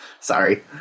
Sorry